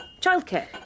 Childcare